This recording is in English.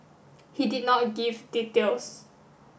he did not give details